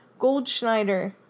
Goldschneider